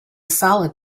solid